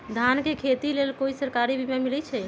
धान के खेती के लेल कोइ सरकारी बीमा मलैछई?